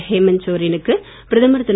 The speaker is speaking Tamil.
ஹேமந்த் சோரேனுக்கு பிரதமர் திரு